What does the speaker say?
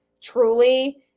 truly